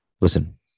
Listen